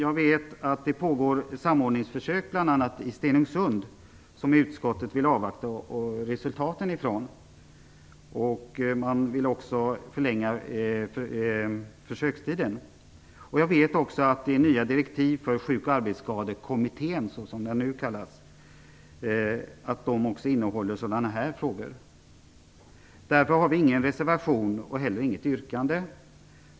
Jag vet att det pågår samordningsförsök, bl.a. i Stenungsund, som utskottet vill avvakta resultaten från. Man vill också förlänga försökstiden. Jag vet att de nya direktiven för Sjuk och arbetsskadekommittén, som den nu kallas, innehåller sådana här frågor. Därför har vi ingen reservation och heller inget yrkande.